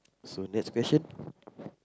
so next question